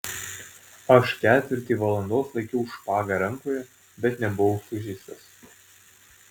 aš ketvirtį valandos laikiau špagą rankoje bet nebuvau sužeistas